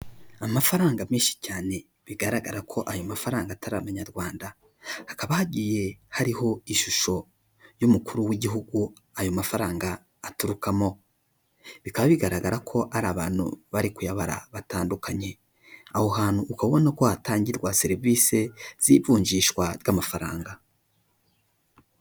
Amafaranga menshi cyane bigaragara ko ayo mafaranga atari amanyarwanda, hakaba hagiye hariho ishusho y'umukuru w'igihugu ayo mafaranga aturukamo, bikaba bigaragara ko ari abantu bari kuyabara batandukanye, aho hantu ukabona ko hatangirwa serivisi z'ivunjishwa ry'amafaranga.